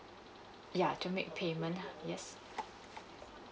ya to make payment ha yes